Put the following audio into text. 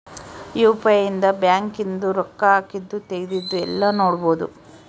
UPI ಇಂದ bank ಇಂದು ರೊಕ್ಕ ಹಾಕಿದ್ದು ತೆಗ್ದಿದ್ದು ಯೆಲ್ಲ ನೋಡ್ಬೊಡು